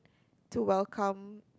to welcome